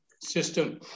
system